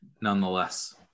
nonetheless